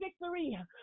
victory